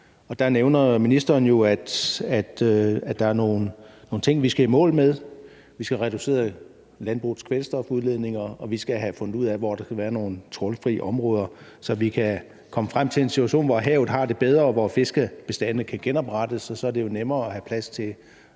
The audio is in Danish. Og der nævner ministeren jo, at der er nogle ting, vi skal i mål med. Vi skal have reduceret landbrugets kvælstofudledninger, og vi skal have fundet ud af, hvor der skal være nogle trawlfri områder, så vi kan komme frem til en situation, hvor havet har det bedre, og hvor fiskebestandene kan genoprettes, og så er det jo nemmere at have plads til